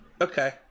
Okay